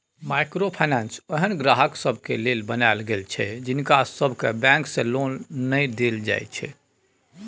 micro finance ओहेन ग्राहक सबके लेल बनायल गेल छै जिनका सबके बैंक से लोन नै देल जाइत छै